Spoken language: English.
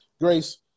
Grace